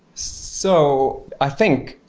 so, i think,